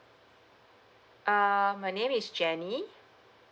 err my name is jenny